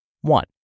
One